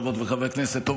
חברות וחברי הכנסת,